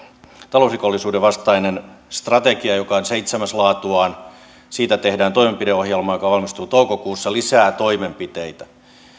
talousrikollisuuden vastainen strategia joka on seitsemäs laatuaan siitä tehdään toimenpideohjelma joka valmistuu toukokuussa lisää toimenpiteitä